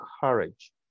courage